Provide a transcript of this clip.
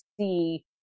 see